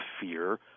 fear